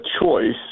choice